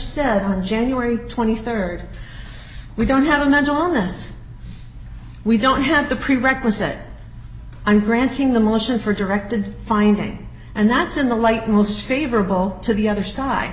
said on january rd we don't have a mental illness yes we don't have the prerequisite i'm granting the motion for directed finding and that's in the light most favorable to the other side